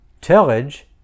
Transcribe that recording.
tillage